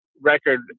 record